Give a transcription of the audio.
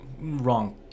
Wrong